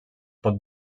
pot